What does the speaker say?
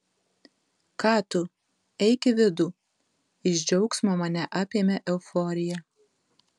ką tu eik į vidų iš džiaugsmo mane apėmė euforija